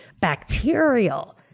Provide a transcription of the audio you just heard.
bacterial